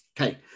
okay